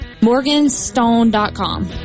Morganstone.com